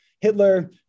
Hitler